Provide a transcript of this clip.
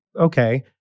okay